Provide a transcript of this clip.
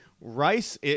rice